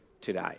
today